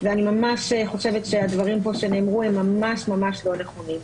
ואני ממש חושבת שהדברים שנאמרו פה ממש לא נכונים.